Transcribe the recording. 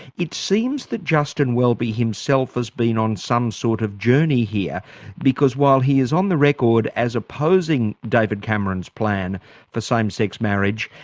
it seems that justin welby himself has been on some sort of journey here because while he is on the record as opposing david cameron's plan for same-sex marriage,